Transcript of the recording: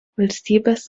valstybės